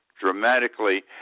dramatically